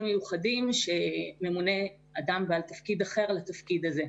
מיוחדים שממונה אדם בעל תפקיד אחר לתפקיד הזה.